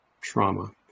trauma